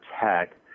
tech